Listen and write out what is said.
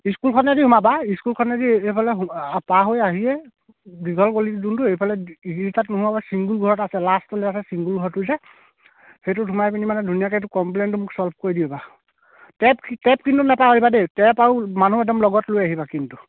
স্কুলখনেদি সোমাবা স্কুলখনেদি এইফালে পাৰ হৈ আহিয়ে দীঘল গলিটো যোনটো এইফালে তাত নোসোমাবা চিংগুল ঘৰ এটা আছে লাষ্টলৈ আছে চিংগুল ঘৰটো যে সেইটোত সোমাই পিনি মানে ধুনীয়াকৈ এইটো কমপ্লেইনটো মোক চলভ কৰি দিবা টেপ টেপ কিন্তু নাপাহৰিবা দেই টেপ আৰু মানুহ একদম লগত লৈ আহিবা কিন্তু